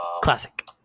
Classic